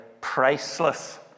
priceless